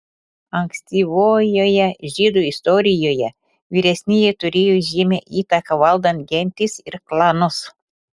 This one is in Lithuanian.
ankstyvojoje žydų istorijoje vyresnieji turėjo žymią įtaką valdant gentis ir klanus